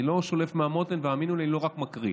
אני לא שולף מהמותן, והאמינו לי, אני לא רק מקריא,